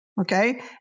Okay